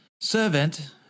Servant